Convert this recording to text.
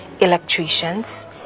electricians